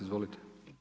Izvolite.